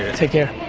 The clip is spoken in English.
take care.